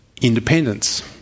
Independence